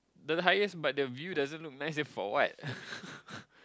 the highest but the view doesn't look nice then for what